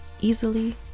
easily